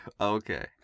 okay